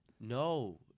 No